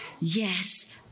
yes